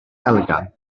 elgan